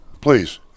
please